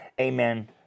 amen